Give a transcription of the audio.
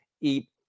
eat